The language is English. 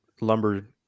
lumber